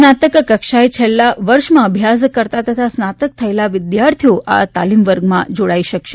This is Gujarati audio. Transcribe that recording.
સ્નાતક કક્ષાએ છેલ્લાં વર્ષમાં અભ્યાસ કરતાં તથા સ્નાતક થયેલા વિદ્યાર્થીઓ આ તાલીમ વર્ગમાં જાડાઈ શકશે